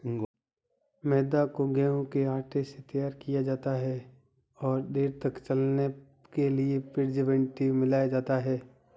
मैदा को गेंहूँ के आटे से तैयार किया जाता है और देर तक चलने के लिए प्रीजर्वेटिव मिलाया जाता है